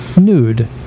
nude